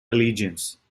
allegiance